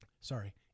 Sorry